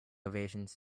ovations